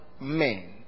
men